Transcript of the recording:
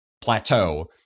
plateau